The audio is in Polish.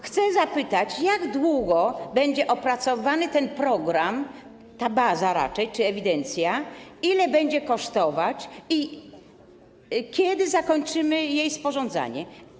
Chcę zapytać, jak długo będzie opracowywany ten program, raczej ta baza czy ewidencja, ile ona będzie kosztować i kiedy zakończymy jej sporządzanie.